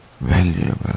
valuable